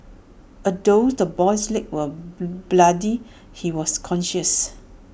although the boy's legs were bloodied he was conscious